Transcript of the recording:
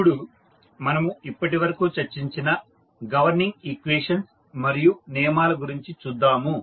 ఇప్పుడు మనము ఇప్పటివరకు చర్చించిన గవర్నింగ్ ఈక్వేషన్స్ మరియు నియమాల గురించి చూద్దాము